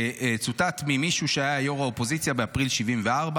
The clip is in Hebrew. שצוטט ממישהו שהיה ראש האופוזיציה באפריל 1974,